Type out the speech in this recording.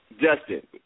Justin